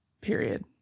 Period